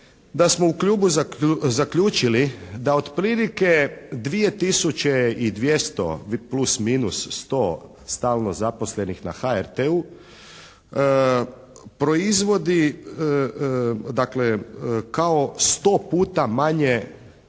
da smo u klubu zaključili da otprilike dvije tisuće i 200, plus-minus 100 stalno zaposlenih na HRT-u proizvodi, dakle kao sto puta manje